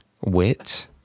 wit